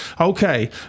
Okay